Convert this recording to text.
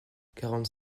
quarante